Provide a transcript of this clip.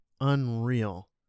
unreal